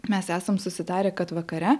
mes esam susitarę kad vakare